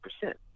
percent